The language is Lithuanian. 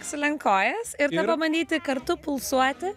sulenk kojas ir pabandyti kartu pulsuoti